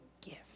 gift